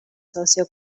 socio